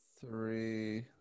three